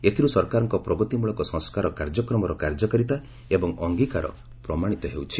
ଏଥିରୁ ସରକାରଙ୍କ ପ୍ରଗତିମୂଳକ ସଂସ୍କାର କାର୍ଯ୍ୟକ୍ରମର କାର୍ଯ୍ୟକାରିତା ଏବଂ ଅଙ୍ଗିକାର ପ୍ରମାଶିତ ହେଉଛି